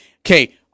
Okay